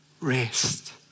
rest